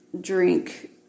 drink